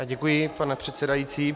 Děkuji, pane předsedající.